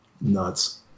nuts